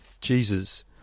Jesus